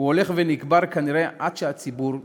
הולך הוא ונקבר, כנראה עד שהציבור ישכח.